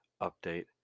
Update